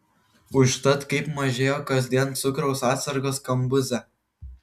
užtat kaip mažėjo kasdien cukraus atsargos kambuze